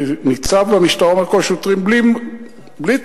שניצב במשטרה אומר: כל השוטרים בלי תגים.